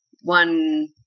one